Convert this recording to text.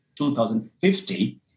2050